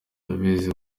ndabizi